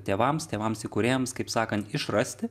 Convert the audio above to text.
tėvams tėvams įkūrėjams kaip sakant išrasti